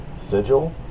sigil